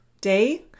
day